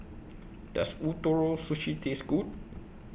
Does Ootoro Sushi Taste Good